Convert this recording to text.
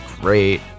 great